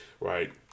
right